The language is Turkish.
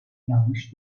yanlış